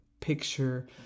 picture